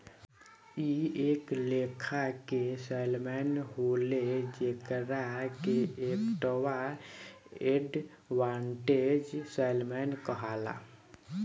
इ एक लेखा के सैल्मन होले जेकरा के एक्वा एडवांटेज सैल्मन कहाला